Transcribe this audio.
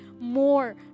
more